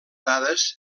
dades